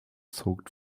soaked